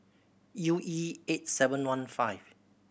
U E eight seven one five